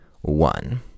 one